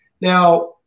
Now